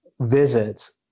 visits